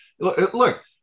Look